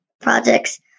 projects